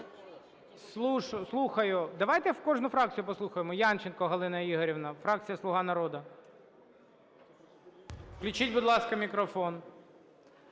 Слухаю. Давайте кожну фракцію послухаємо. Янченко Галина Ігорівна, фракція "Слуга народу". Включіть, будь ласка, мікрофон.